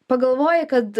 pagalvoji kad